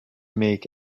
make